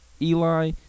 Eli